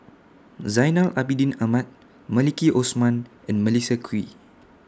Zainal Abidin Ahmad Maliki Osman and Melissa Kwee